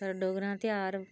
साढ़े डोगरें दा ध्यार